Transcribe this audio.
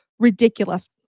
ridiculous